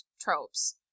tropes